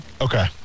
Okay